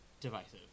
divisive